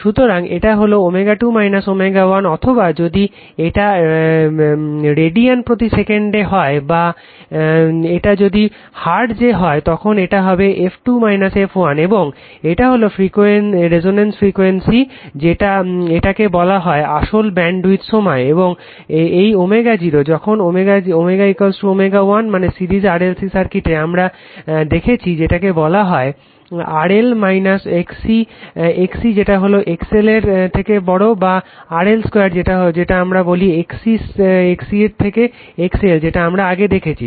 সুতরাং এটা হলো ω2 ω 1 অথবা যদি এটা রেডিয়ান প্রতি সেকেন্ডে হয় বা এটা যদি হার্জে হয় তখন এটা হবে f 2 f 1 এবং এটা হলো রেসনেন্স ফ্রিকুয়েন্সি এটাকে বলা হয় আসল ব্যাণ্ডউইড সময় এবং এই ω যখন ω ω 1 মানে সিরিজ RLC সার্কিটে আমরা দেখেছি যেটাকে বলা হয় XL ও XC XC যেটা হলো XL এর থেকে বড় বা RL 2 যেটাকে আমরা বলি XC র থেকে XL যেটা আমরা আগে দেখেছি